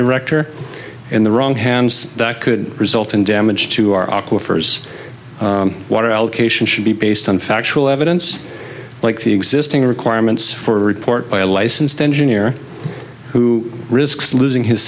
director in the wrong hands that could result in damage to our awkward first water allocation should be based on factual evidence like the existing requirements for a report by a licensed engineer who risks losing his